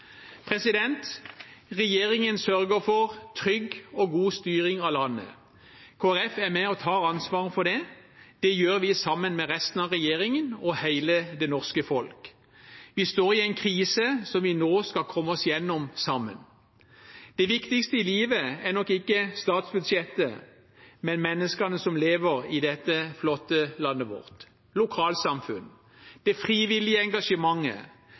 Regjeringen sørger for trygg og god styring av landet. Kristelig Folkeparti er med og tar ansvar for det. Det gjør vi sammen med resten av regjeringen og hele det norske folk. Vi står i en krise som vi nå skal komme oss gjennom sammen. Det viktigste i livet er nok ikke statsbudsjettet, men menneskene som lever i dette flotte landet vårt, lokalsamfunn, det frivillige engasjementet,